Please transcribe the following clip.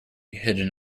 hidden